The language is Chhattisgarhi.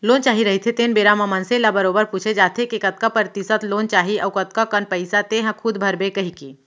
लोन चाही रहिथे तेन बेरा म मनसे ल बरोबर पूछे जाथे के कतका परतिसत लोन चाही अउ कतका कन पइसा तेंहा खूद भरबे कहिके